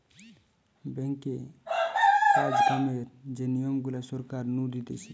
ব্যাঙ্কে কাজ কামের যে নিয়ম গুলা সরকার নু দিতেছে